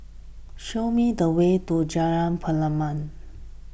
show me the way to Jalan Pernama